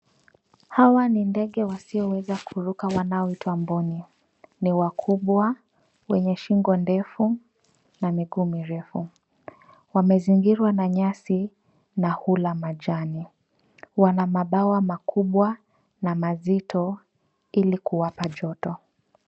Hawa ni ndege wasioweza kuruka wanaoitwa mbuni. Ni wakubwa, wenye shingo ndefu na miguu mirefu. Wamezingirwa na nyasi na hula majani. Wana mabawa makubwa na mazito ili kuwapa joto.